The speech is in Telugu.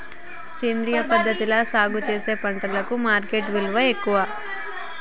సేంద్రియ పద్ధతిలా సాగు చేసిన పంటలకు మార్కెట్ విలువ ఎక్కువ